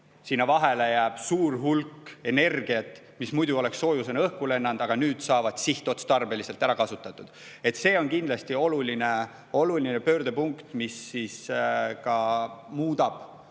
sinna vahele jääb suur hulk energiat, mis muidu oleks soojusena õhku lennanud, aga nüüd saab see sihtotstarbeliselt ära kasutatud. See on kindlasti oluline pöördepunkt, mis energiatõhususe